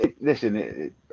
listen